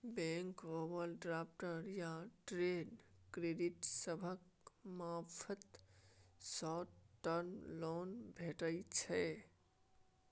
bank overdraft या trade credit सभक मार्फत शॉर्ट टर्म लोन भेटइ छै